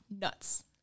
nuts